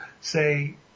say